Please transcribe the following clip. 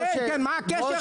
מה הקשר?